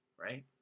right